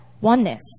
oneness